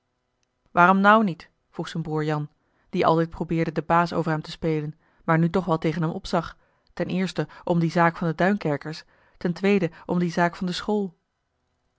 waarom nou niet vroeg z'n broer jan die altijd probeerde den baas over hem te spelen maar nu toch wel tegen hem opzag ten eerste om die zaak van de duinkerkers ten tweede om die zaak van de school